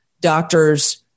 doctors